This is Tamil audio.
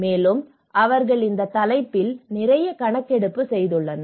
மேலும் அவர்கள் இந்த தலைப்பில் நிறைய கணக்கெடுப்பு செய்துள்ளனர்